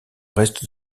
reste